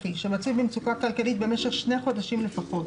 לאומי-אזרחי שמצוי במצוקה כלכלית במשך שני חודשים לפחות